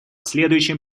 следующим